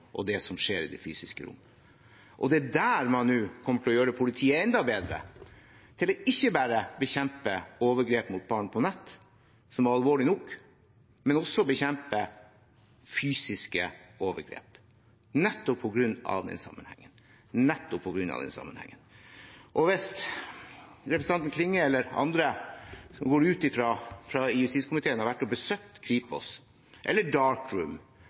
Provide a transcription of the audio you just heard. Det er der man nå kommer til å gjøre politiet enda bedre, ikke bare til å bekjempe overgrep mot barn på nett, noe som er alvorlig nok, men også til å bekjempe fysiske overgrep, nettopp på grunn av den sammenhengen. Hvis representanten Klinge eller andre i justiskomiteen har vært og besøkt Kripos, operasjon Dark Room